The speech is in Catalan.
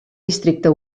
districte